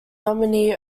nominee